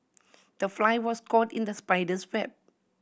the fly was caught in the spider's web